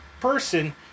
person